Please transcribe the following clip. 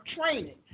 training